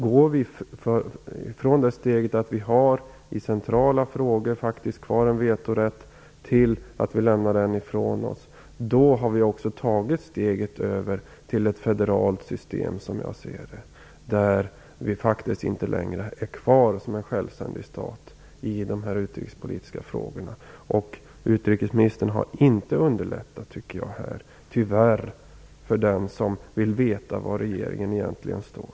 Tar vi steget från att vi i centrala frågor faktiskt har kvar en vetorätt till att lämna den ifrån oss, har vi också tagit steget över till ett federalt system, som jag ser det. Då finns vi faktiskt inte längre kvar som en självständig stat i de utrikespolitiska frågorna. Jag tycker tyvärr inte att utrikesministern har underlättat för den som vill veta var regeringen egentligen står.